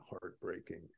heartbreaking